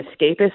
escapist